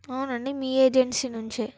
అవునండి మీ ఏజన్సీ నుంచే